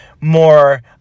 more